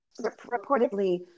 reportedly